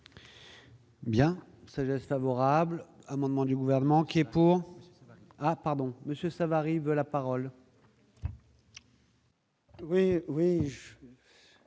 Bien sagesse favorable amendement du gouvernement qui est pour, ah pardon Monsieur Savary veut la parole. Oui, oui.